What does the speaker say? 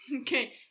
Okay